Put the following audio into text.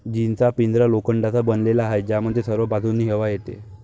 जीचा पिंजरा लोखंडाचा बनलेला आहे, ज्यामध्ये सर्व बाजूंनी हवा येते